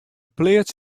pleats